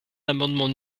l’amendement